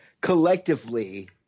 collectively